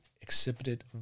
exhibited